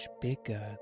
bigger